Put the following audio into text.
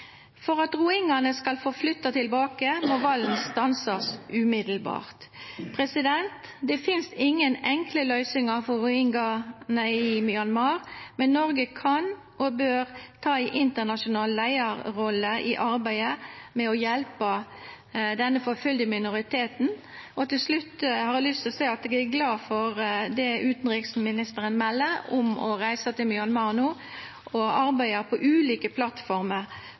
For at rohingyaene skal få flytte tilbake, må volden stanses umiddelbart. Det finnes ingen enkle løsninger for rohingyaene i Myanmar, men Norge kan og bør ta en internasjonal lederrolle i arbeidet med å hjelpe denne forfulgte minoriteten. Til slutt har jeg lyst til å si at jeg er glad for det utenriksministeren melder, om å reise til Myanmar nå og arbeide på ulike plattformer